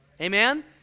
Amen